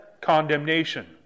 condemnation